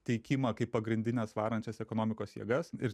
teikimą kaip pagrindines varančias ekonomikos jėgas ir